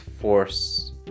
force